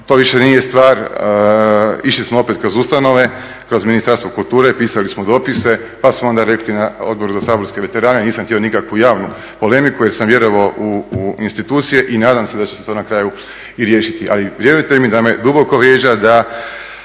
to više nije stvar, išli smo opet kroz ustanove, kroz Ministarstvo kulture, pisali smo dopise, pa smo onda rekli na Odboru za saborske veterane, nisam htio nikakvu javnu polemiku jer sam vjerovao u institucije i nadam se da će se to na kraju i riješiti. Ali vjerujte mi da me duboko vrijeđa da